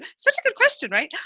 such the question. right.